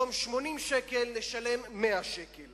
במקום 80 שקל נשלם 100 שקל.